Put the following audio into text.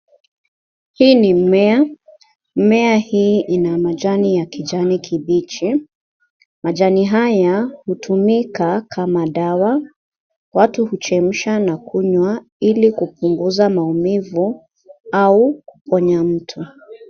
Hii ni mmea. Mmea hii ina majani ya kijani kibichi. Majani haya hutumika kama dawa. Watu huchemsha na kukunywa ili kupunguza maumivu au kuponya mtu.